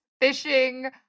fishing